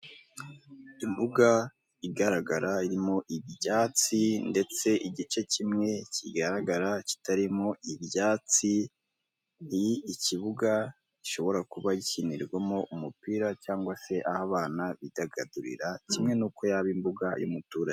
Imbuga igaragara, irimo ibyatsi ndetse igice kimwe kigaragara kitarimo ibyatsi, ni ikibuga gishobora kuba gikinirwamo umupira cyangwa se aho abana bidagadurira, kimwe n'uko yaba ari imbuga y'umuturage.